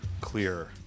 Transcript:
clear